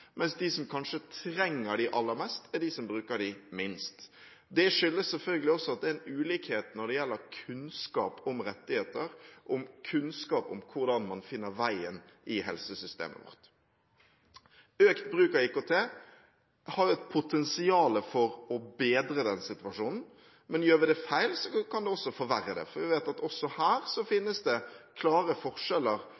mens de som kanskje trenger dem aller mest, er de som bruker dem minst. Det skyldes selvfølgelig også at det er en ulikhet når det gjelder kunnskap om rettigheter og kunnskap om hvordan man finner veien i helsesystemet vårt. Økt bruk av IKT har et potensial for å bedre denne situasjonen, men gjør vi det feil, kan det også forverre den, for vi vet at også her